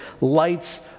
lights